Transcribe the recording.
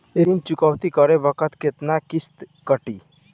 ऋण चुकौती करे बखत केतना किस्त कटी?